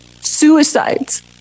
Suicides